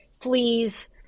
fleas